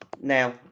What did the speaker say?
Now